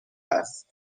است